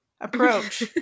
approach